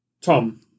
Tom